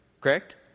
Correct